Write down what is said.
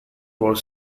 was